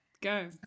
Go